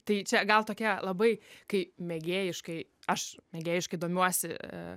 tai čia gal tokia labai kai mėgėjiškai aš mėgėjiškai domiuosi